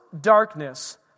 darkness